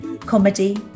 comedy